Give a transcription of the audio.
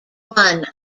one